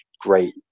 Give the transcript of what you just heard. great